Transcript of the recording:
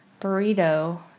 burrito